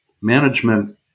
Management